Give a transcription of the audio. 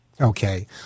Okay